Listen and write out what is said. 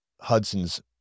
Hudson's